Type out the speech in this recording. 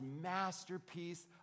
masterpiece